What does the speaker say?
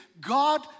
God